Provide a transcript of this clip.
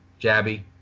Jabby